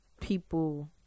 people